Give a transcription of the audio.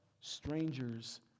strangers